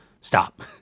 stop